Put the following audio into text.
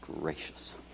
gracious